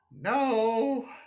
no